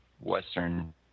Western